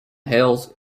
hills